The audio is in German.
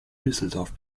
düsseldorf